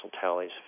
tallies